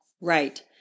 Right